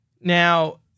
Now